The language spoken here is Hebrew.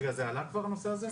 זה עלה כבר, הנושא הזה?